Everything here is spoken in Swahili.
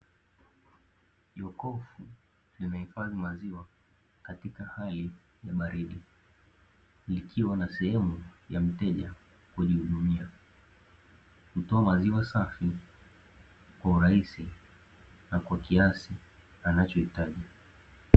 Jokofu limehifadhi maziwa katika hali ya baridi, likiwa na sehemu ya mteja kujihudumia. Hutoa maziwa safi kwa urahisi na kwa kiasi anachohitaji.